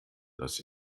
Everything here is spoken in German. dass